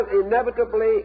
inevitably